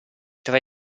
tre